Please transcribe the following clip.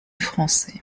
français